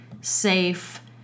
safe